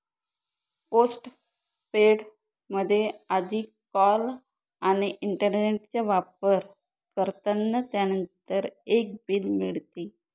postpaid मध्ये आधी call आणि इंटरनेटचा वापर करतात, त्यानंतर एक बिल मिळते